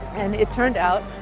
and it turned out,